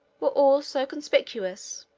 were all so conspicuous.